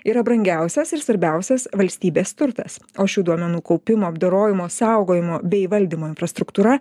yra brangiausias ir svarbiausias valstybės turtas o šių duomenų kaupimo apdorojimo saugojimo bei valdymo infrastruktūra